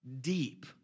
Deep